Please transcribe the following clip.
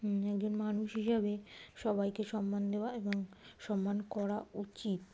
একজন মানুষ হিসাবে সবাইকে সম্মান দেওয়া এবং সম্মান করা উচিত